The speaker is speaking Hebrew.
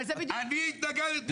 אני התנגדתי.